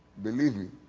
believe me.